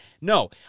No